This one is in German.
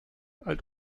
alt